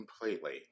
completely